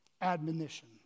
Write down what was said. admonition